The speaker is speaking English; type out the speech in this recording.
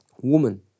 Woman